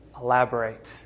elaborate